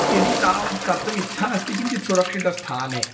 यदि तावद् कर्तुम् इच्छा अस्ति किञ्चित् सुरक्षितस्थाने